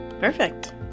Perfect